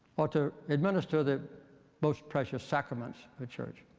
or to administer the most precious sacraments ah church.